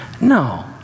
No